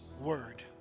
word